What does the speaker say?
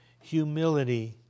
Humility